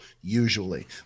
usually